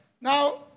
now